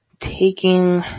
taking